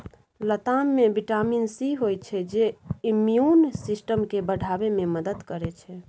लताम मे vitamin C होइ छै जे इम्युन सिस्टम केँ बढ़ाबै मे मदद करै छै